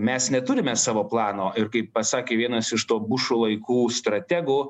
mes neturime savo plano ir kaip pasakė vienas iš to bušo laikų strategų